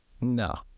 No